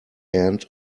end